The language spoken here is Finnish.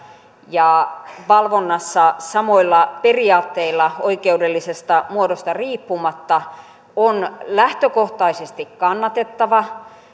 ja valvonnassa samoilla periaatteilla oikeudellisesta muodosta riippumatta on lähtökohtaisesti kannatettava